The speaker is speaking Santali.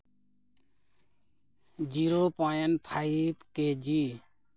zero point five KG